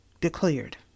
declared